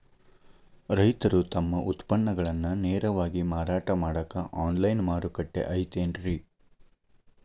ರೈತರು ತಮ್ಮ ಉತ್ಪನ್ನಗಳನ್ನ ನೇರವಾಗಿ ಮಾರಾಟ ಮಾಡಾಕ ಆನ್ಲೈನ್ ಮಾರುಕಟ್ಟೆ ಐತೇನ್ರಿ?